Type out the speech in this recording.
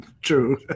True